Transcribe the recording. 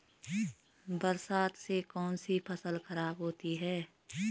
बरसात से कौन सी फसल खराब होती है?